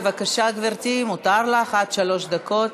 בבקשה, גברתי, מותר לך עד שלוש דקות,